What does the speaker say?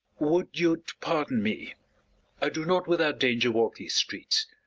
would you'd pardon me i do not without danger walk these streets.